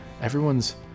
Everyone's